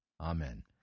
Amen